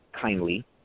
kindly